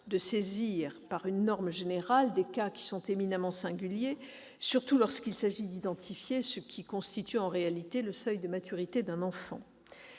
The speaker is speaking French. de saisir par une norme générale des cas éminemment singuliers, surtout lorsqu'il s'agit d'identifier ce qui constitue en réalité le seuil de maturité d'un enfant.